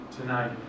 tonight